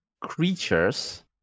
creatures